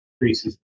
increases